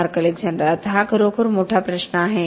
mark Alexander आता हा खरोखर मोठा प्रश्न आहे